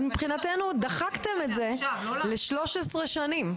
אז מבחינתנו דחקתם את זה ל-13 שנים.